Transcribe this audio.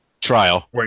trial